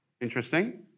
Interesting